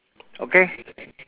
okay